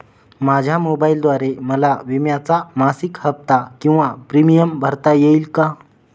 माझ्या मोबाईलद्वारे मला विम्याचा मासिक हफ्ता किंवा प्रीमियम भरता येईल का?